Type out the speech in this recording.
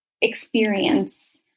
experience